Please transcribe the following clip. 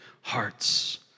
hearts